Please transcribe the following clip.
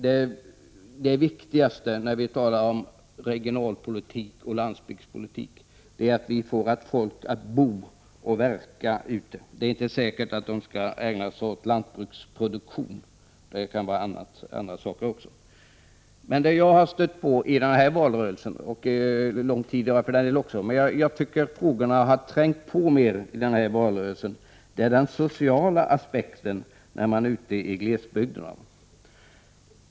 Det viktigaste när vi talar om regionalpolitik och landsbygdspolitik är att få folk att bo och verka på landsbygden. Det är inte säkert att de skall ägna sig åt lantbruksproduktion, utan det kan vara andra saker också. Något som jag har stött på — och jag tycker att de frågorna har trängt på mer i den senaste valrörelsen — är att den sociala aspekten betonas ute i glesbygderna.